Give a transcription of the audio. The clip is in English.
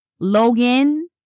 Logan